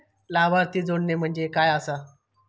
लाभार्थी जोडणे म्हणजे काय आसा?